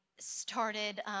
started